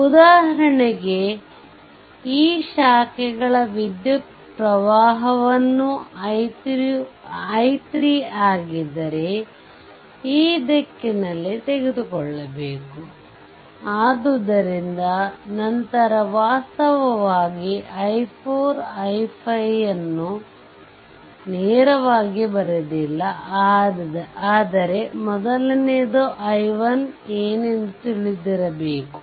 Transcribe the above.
ಉದಾಹರಣೆಗೆ ಈ ಶಾಖೆಗಳ ವಿದ್ಯುತ್ ಪ್ರವಾಹವನ್ನು i3 ಆಗಿದ್ದರೆ ಈ ದಿಕ್ಕಿನಲ್ಲಿ ತೆಗೆದುಕೊಳ್ಳಬೇಕು ಆದ್ದರಿಂದ ನಂತರ ವಾಸ್ತವವಾಗಿ i4 i5ಅನ್ನು ನೇರವಾಗಿ ಬರೆದಿಲ್ಲ ಆದ್ದರೆ ಮೊದಲನೆಯದು i1 ಏನೆಂದು ತಿಳಿದಿರಬೇಕು